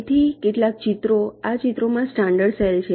તેથી કેટલાક ચિત્રો આ ચિત્રોમાં સ્ટાન્ડર્ડ સેલ છે